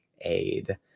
aid